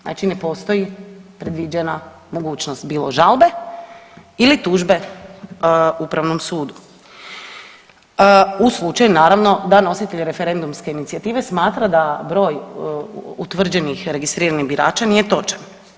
Znači ne postoji predviđena mogućnost bilo žalbe ili tužbe Upravnom sudu u slučaju naravno da nositelj referendumske inicijative smatra da broj utvrđenih registriranih birača nije točan.